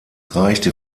reichte